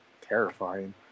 terrifying